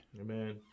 Amen